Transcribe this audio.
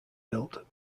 built